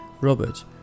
Robert